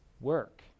work